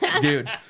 Dude